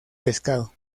pescado